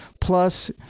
plus